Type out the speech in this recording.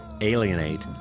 alienate